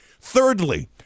Thirdly